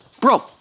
Bro